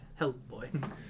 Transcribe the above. hellboy